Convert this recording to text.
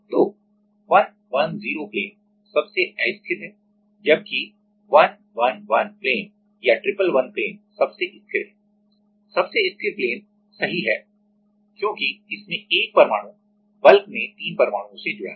तो 110 प्लेन सबसे अस्थिर है जबकि 111 प्लेन या ट्रिपल 1 प्लेन सबसे स्थिर है सबसे स्थिर प्लेन सही है क्योंकि इसमें 1 परमाणु बल्क bulk में 3 परमाणुओं से जुड़ा है